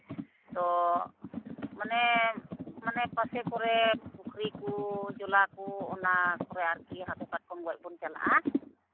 ᱛᱚ ᱢᱟᱱᱮ ᱢᱟᱱᱮ ᱯᱟᱥᱮ ᱠᱚᱨᱮ ᱯᱩᱠᱷᱨᱤ ᱠᱚ ᱡᱚᱞᱟᱠᱚ ᱚᱱᱟ ᱠᱚᱨᱮᱫ ᱟᱨᱠᱤ ᱦᱟᱹᱠᱩ ᱠᱟᱴᱠᱚᱢ ᱜᱚᱡ ᱵᱚᱱ ᱪᱟᱞᱟᱜᱼᱟ